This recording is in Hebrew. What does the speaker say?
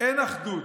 אין אחדות,